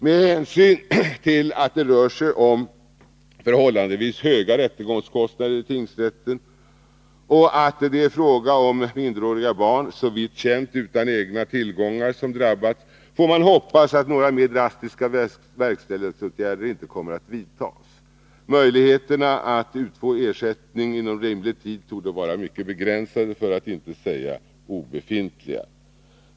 Med hänsyn till att det rör sig om förhållandevis höga rättegångskostnader i tingsrätten och att det är fråga om minderåriga barn — såvitt känt utan egna tillgångar — som drabbats, får man hoppas att några mera drastiska verkställighetsåtgärder inte kommer att vidtas. Möjligheterna att utfå ersättning inom rimlig tid torde också vara mycket begränsade, för att inte säga obefintliga.